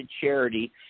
charity